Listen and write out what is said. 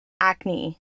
acne